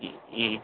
ꯎꯝ